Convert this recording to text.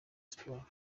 sports